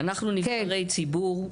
אנחנו נבחרי ציבור,